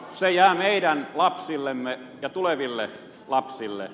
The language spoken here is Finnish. ne jäävät meidän lapsillemme ja tuleville lapsille